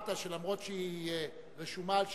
אמרת שאף שהיא רשומה על שמך,